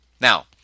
now